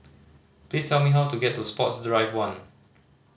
please tell me how to get to Sports Drive One